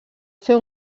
fer